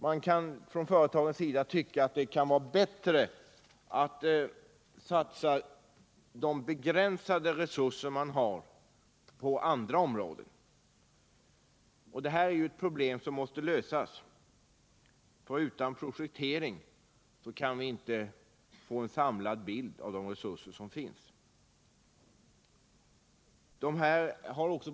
Man kanske från företagens sida anser att det kan vara bättre att satsa de begränsade resurser man har på andra områden. Detta är ett problem som måste lösas, för utan prospektering kan vi inte få en samlad bild av de resurser som finns.